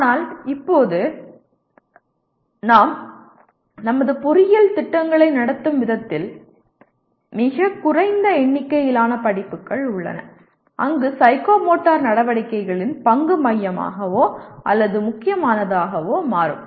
ஆனால் இப்போது நாங்கள் எங்கள் பொறியியல் திட்டங்களை நடத்தும் விதத்தில் மிகக் குறைந்த எண்ணிக்கையிலான படிப்புகள் உள்ளன அங்கு சைக்கோமோட்டர் நடவடிக்கைகளின் பங்கு மையமாகவோ அல்லது முக்கியமானதாகவோ மாறும்